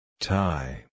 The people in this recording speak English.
Tie